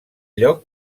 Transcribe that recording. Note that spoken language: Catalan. lloc